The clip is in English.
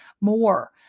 more